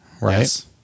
right